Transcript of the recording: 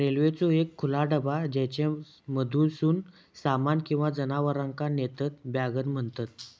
रेल्वेचो एक खुला डबा ज्येच्यामधसून सामान किंवा जनावरांका नेतत वॅगन म्हणतत